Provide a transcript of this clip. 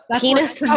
penis